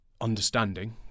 understanding